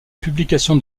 publication